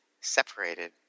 separated –